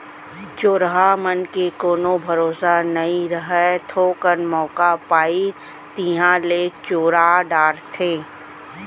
चोरहा मन के कोनो भरोसा नइ रहय, थोकन मौका पाइन तिहॉं ले चोरा डारथें